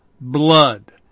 blood